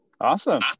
awesome